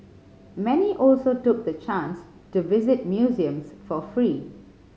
many also took the chance to visit museums for free